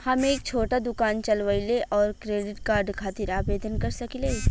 हम एक छोटा दुकान चलवइले और क्रेडिट कार्ड खातिर आवेदन कर सकिले?